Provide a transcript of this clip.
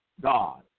God